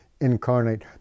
incarnate